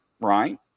right